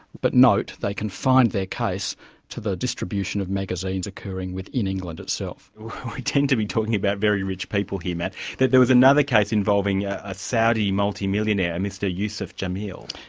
but note they confined their case to the distribution of magazines occurring within england itself. well we tend to be talking about very rich people here, matt. but there is another case involving a saudi multimillionaire, a mr yusuf jamil.